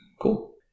Cool